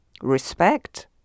Respect